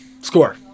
score